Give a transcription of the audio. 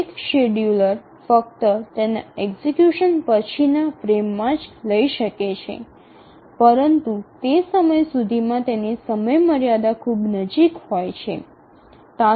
એક શિડ્યુલર ફક્ત તેના એક્ઝિકયુશનને પછીના ફ્રેમમાં જ લઈ શકે છે પરંતુ તે સમય સુધીમાં તેની સમયમર્યાદા ખૂબ નજીક હોય છે